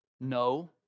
No